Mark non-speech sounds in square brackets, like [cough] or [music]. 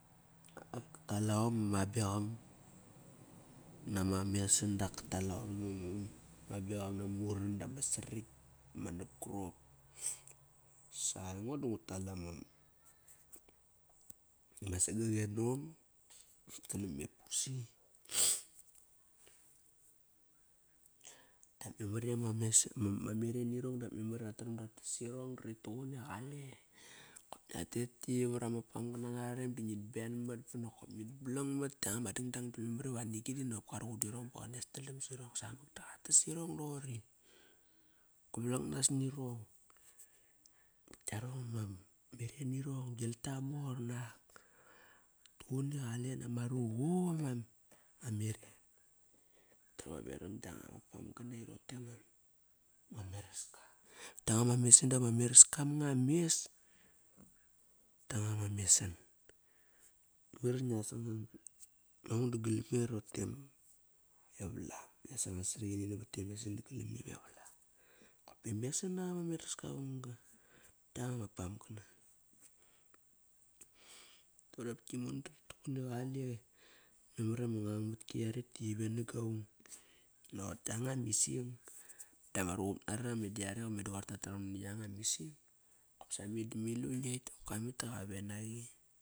Ak ka tal aom ama abeqam nama mesan dak katal la om nama abeqam namauran dap ma sarakt, ma nap karop sa aingo du ngutal ama mam sagak enong kana ma pusi. Dap memari ama mesan ama meren irong dap mamara rat taram ratas irong di rituqun qale. Qop ngia tet ki vama pam gana ngara rem di ngit ben mat ba nokop ngi ben mat ba nokop ngi palang mat Kianga ma dangdang di memar iva anigi dinokop ka ruqun dirong ba qanes tal olirung samak da qatas irong doqori. Kavalang nas nirong. Tiarong ama meren irong gal ta mor nak ama ruqup ama et. Neram gianga ma pamgana irote ngat. [unintelligible] Kianga ma mesan dama meraska vam nga mes. Tanga ma mesan. [unintelligible] Nge da galam nge rote ama e valam. Ngias anga sarat ini navat e mesan galam nge e valam. Kop e mesan ak ama meraska vamga Tianga ma pamgana. Qopki meda rituqun iqale. Memar iama ngang matki yaret da qi ven kaung. Ngiat naqot kianga ma ising danga ruqup nara meda yare meda qoir tataram na yanga ma ising, qopsa ma ilak qit, kamet da qaven naqi